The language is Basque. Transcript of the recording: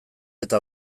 eta